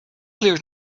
clear